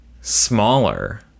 Smaller